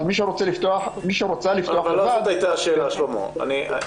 לא זאת הייתה השאלה, שלמה.